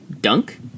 Dunk